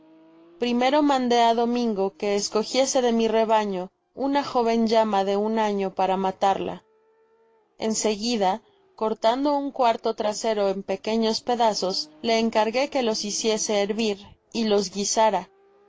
primero mandé á domingo que escogiese de mi rebaño una joven llama de un año para matarla en seguida cortando un cuarto trasero en pequeños pedazos le encargué que los hiciese hervir y los guisara